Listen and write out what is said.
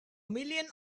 million